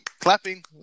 Clapping